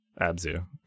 Abzu